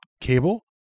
cable